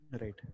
Right